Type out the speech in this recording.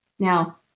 Now